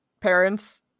parents